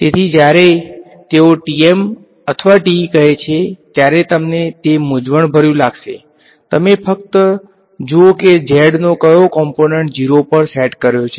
તેથી જ્યારે તેઓ TM અથવા TE કહે છે ત્યારે તમને તે મૂંઝવણભર્યું લાગશે તમે ફક્ત જુઓ કે z નો કયો કોમ્પોનંટ 0 પર સેટ કર્યો છે